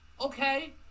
Okay